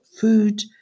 food